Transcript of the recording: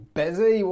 busy